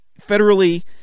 federally